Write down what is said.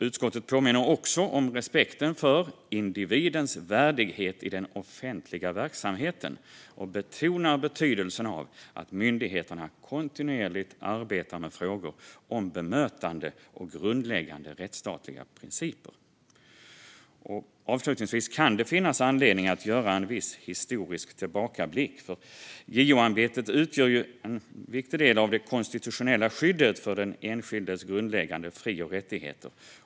Utskottet påminner också om respekten för individens värdighet i den offentliga verksamheten och betonar betydelsen av att myndigheterna kontinuerligt arbetar med frågor om bemötande och grundläggande rättsstatliga principer. Avslutningsvis kan det finnas anledning att göra en historisk tillbakablick. JO-ämbetet utgör ju en viktig del av det konstitutionella skyddet för den enskildes grundläggande fri och rättigheter.